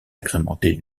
agrémentée